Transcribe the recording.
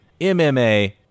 MMA